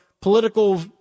political